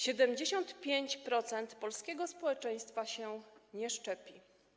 75% polskiego społeczeństwa się nie szczepi.